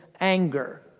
anger